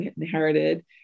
inherited